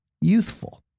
youthful